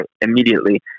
immediately